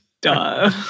Duh